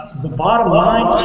the bottom line